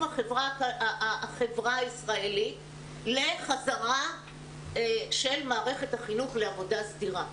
החברה הישראלית לחזרה של מערכת החינוך לעבודה סדירה.